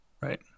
Right